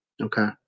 Okay